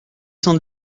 cent